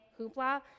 hoopla